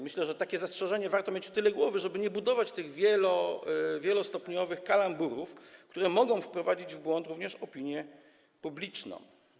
Myślę, że takie zastrzeżenie warto mieć w tyle głowy, żeby nie budować tych wielostopniowych kalamburów, które mogą wprowadzić w błąd opinię publiczną.